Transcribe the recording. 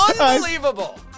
Unbelievable